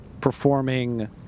performing